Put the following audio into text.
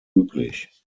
üblich